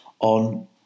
on